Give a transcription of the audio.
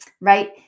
right